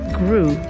grew